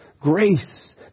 grace